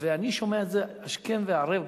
אני שומע את זה השכם והערב,